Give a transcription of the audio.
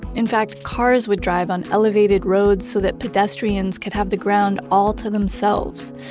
in fact, cars would drive on elevated roads so that pedestrians could have the ground all to themselves.